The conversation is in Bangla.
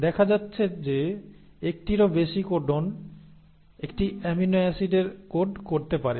দেখা যাচ্ছে যে 1 টিরও বেশি কোডন একটি অ্যামিনো অ্যাসিডের কোড করতে পারে